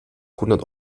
hundert